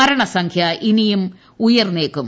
മരണ സംഖ്യ ഇനിയും ഉയർന്നേക്കും